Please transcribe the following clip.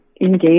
engage